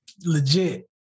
Legit